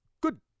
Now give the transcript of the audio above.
good